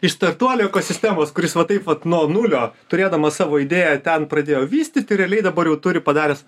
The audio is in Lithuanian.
iš startuolių ekosistemos kuris va taip vat nuo nulio turėdamas savo idėją ten pradėjo vystyti realiai dabar jau turi padaręs